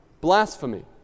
blasphemy